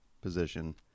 position